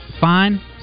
fine